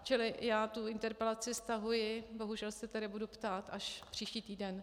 Čili já tu interpelaci stahuji, bohužel se tedy budu ptát až příští týden.